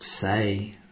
say